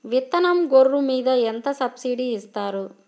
విత్తనం గొర్రు మీద ఎంత సబ్సిడీ ఇస్తారు?